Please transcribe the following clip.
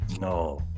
No